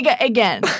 Again